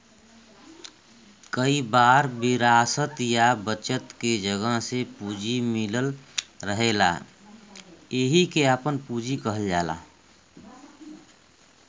कई बार विरासत या बचत के वजह से पूंजी मिलल रहेला एहिके आपन पूंजी कहल जाला